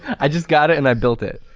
i just got it and i built it.